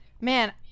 man